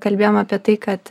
kalbėjom apie tai kad